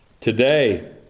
Today